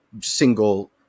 single